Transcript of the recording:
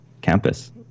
campus